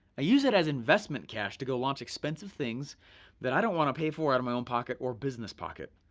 i use it as investment cash to go launch expensive things that i don't wanna pay for out of my own pocket or business pocket.